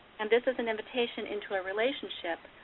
and this is an invitation into a relationship,